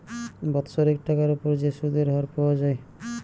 বাৎসরিক টাকার উপর যে সুধের হার পাওয়া যায়